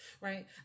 right